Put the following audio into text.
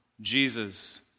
Jesus